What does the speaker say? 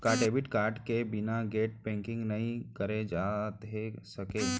का debit card के बिना नेट बैंकिंग नई करे जाथे सके?